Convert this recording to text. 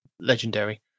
Legendary